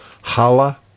Hala